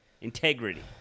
Integrity